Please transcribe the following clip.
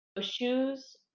shoes